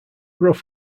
rough